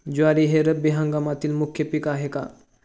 ज्वारी हे रब्बी हंगामातील मुख्य पीक आहे का?